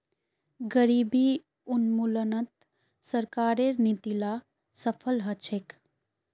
गरीबी उन्मूलनत सरकारेर नीती ला सफल ह छेक